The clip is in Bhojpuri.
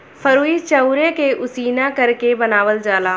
फरुई चाउरे के उसिना करके बनावल जाला